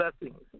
Blessings